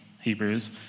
Hebrews